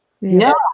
No